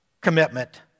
commitment